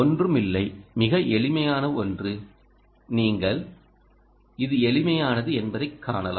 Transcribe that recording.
ஒன்றுமில்லை மிக எளிமையான ஒன்று நீங்கள் இது எளிமையானது என்பதைகாணலாம்